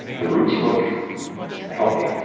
the roots look healthy.